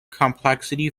complexity